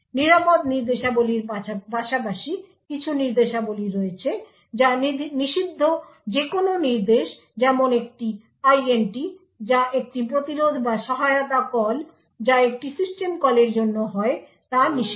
নিরাপদ নির্দেশাবলীর পাশাপাশি কিছু নির্দেশাবলী রয়েছে যা নিষিদ্ধ যেকোন নির্দেশ যেমন একটি int যা একটি প্রতিরোধ বা সহায়তা কল যা একটি সিস্টেম কলের জন্য হয় তা নিষিদ্ধ